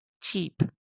cheap